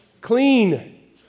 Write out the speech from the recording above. Clean